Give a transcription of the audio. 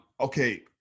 okay